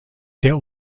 der